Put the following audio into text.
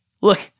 Look